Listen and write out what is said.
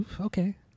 Okay